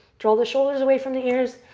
draw the shoulders away from the ears.